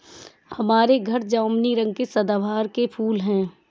हमारे घर जामुनी रंग के सदाबहार के फूल हैं